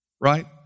right